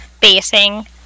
basing